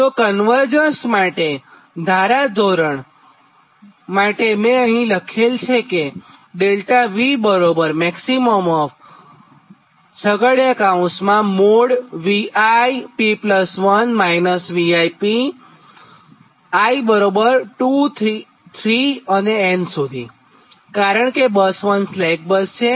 તો કન્વર્જન્સ માટે ધારાધોરણ એટલા માટેમેં અહીં લખેલ છે કે કારણ કેબસ 1 સ્લેક બસ છે